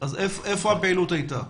אז איפה הפעילות הייתה?